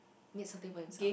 by himself